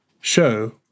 show